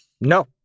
no